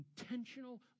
intentional